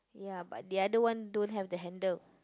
ya but the other one don't have the handle